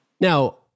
Now